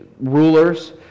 rulers